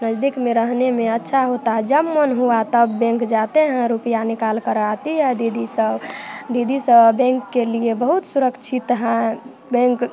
नजदीक में रहने में अच्छा होता है जब मन हुआ तब बैंक जाते हैं रुपया निकालकर आती है दीदी सब दीदी सब बैंक के लिए बहुत सुरक्षित हैं बैंक